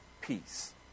peace